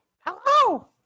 Hello